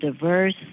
diverse